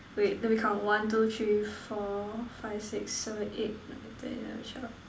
great let me count one two three four five six seven eight nine ten eleven twelve